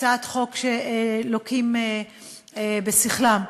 הצעת חוק שלוקים בשכלם,